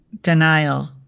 denial